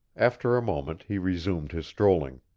after a moment he resumed his strolling.